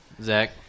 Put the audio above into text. Zach